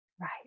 Right